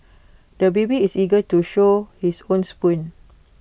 the baby is eager to show his own spoon